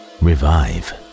revive